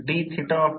I2 K I2 dash I2